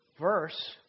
verse